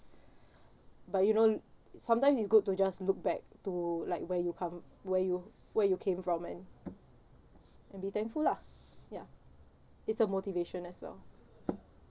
but you know sometimes it's good to just look back to like where you come where you where you came from and and be thankful lah ya it's a motivation as well